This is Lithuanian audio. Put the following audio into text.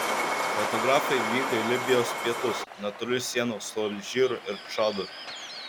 fotografai vyko į libijos pietus netoli sienos su alžyru ir čadu